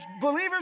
believers